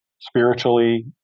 spiritually